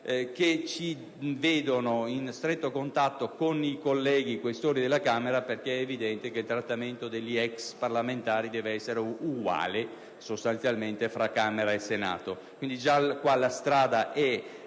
che ci vedono in stretto contatto con i colleghi Questori della Camera, perché è evidente che il trattamento degli ex parlamentari deve essere sostanzialmente uguale fra Camera e Senato.